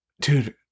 Dude